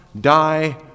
die